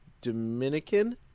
Dominican